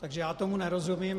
Takže já tomu nerozumím.